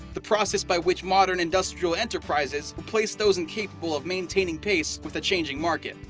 the process by which modern industrial enterprises replace those incapable of maintaining pace with a changing market.